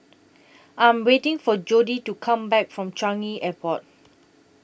I Am waiting For Jodie to Come Back from Changi Airport